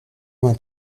vingt